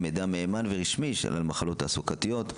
מידע מהימן ורשמי על מחלות תעסוקתיות.